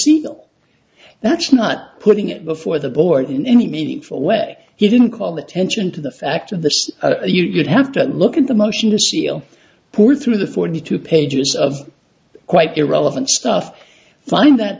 see that's not putting it before the board in any meaningful way he didn't call attention to the fact of the so you'd have to look at the motion to seal poor through the forty two pages of quite irrelevant stuff find that